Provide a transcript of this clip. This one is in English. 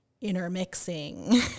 intermixing